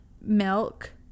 milk